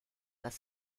das